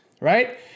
right